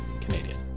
Canadian